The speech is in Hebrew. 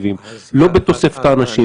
הסיפה נשארת.